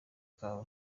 kawe